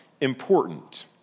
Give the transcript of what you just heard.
important